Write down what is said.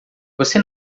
você